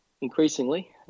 increasingly